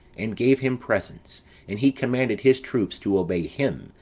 and gave him presents and he commanded his troops to obey him,